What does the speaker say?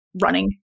running